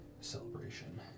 celebration